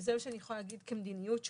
זה מה שאני יכולה להגיד כמדיניות שלנו.